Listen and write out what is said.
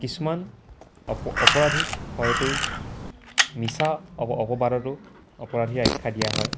কিছুমান অপৰাধী হয়তো মিছা অপবাদতো অপৰাধী আখ্যা দিয়া হয়